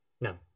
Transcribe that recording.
No